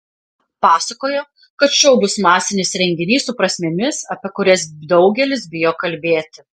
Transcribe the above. pasakojo kad šou bus masinis reginys su prasmėmis apie kurias daugelis bijo kalbėti